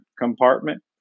compartment